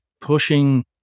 pushing